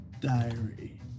diary